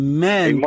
Amen